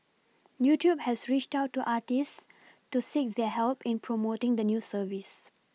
YouTube has reached out to artists to seek their help in promoting the new service